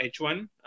H1